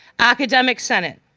academic senate,